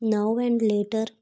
now and later